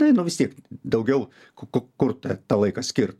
tai nu vis tiek daugiau ku kur tą laiką skirt